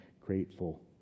grateful